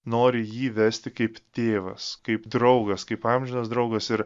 nori jį vesti kaip tėvas kaip draugas kaip amžinas draugas ir